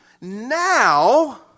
Now